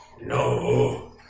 No